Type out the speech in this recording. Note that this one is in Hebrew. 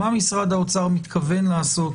מה משרד האוצר מתכוון לעשות